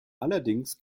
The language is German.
allerdings